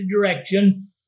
direction